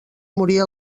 morir